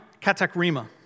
Katakrima